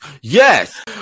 Yes